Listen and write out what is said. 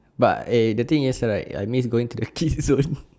but eh the thing is like I miss going to the kids zone